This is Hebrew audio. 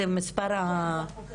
זה מספר החוקרים הערביים.